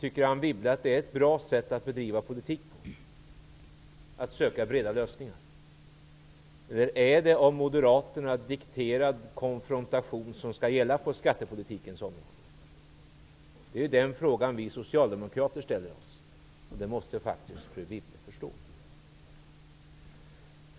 Tycker Anne Wibble att ett bra sätt att bedriva politik är att söka breda lösningar, eller är det av moderaterna dikterad konfrontation som skall gälla på skattepolitikens område? Det är de frågor vi socialdemokrater ställer oss. Det måste faktiskt fru Wibble förstå.